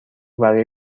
برای